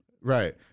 Right